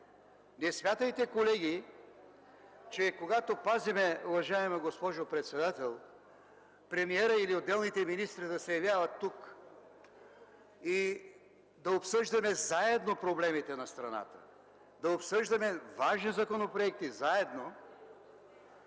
не смятайте, че когато пазим, уважаема госпожо председател, премиера или отделните министри да се явяват тук и да обсъждаме заедно проблемите на страната, да обсъждаме важни законопроекти заедно,